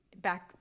back